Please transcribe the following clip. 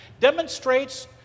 demonstrates